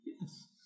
yes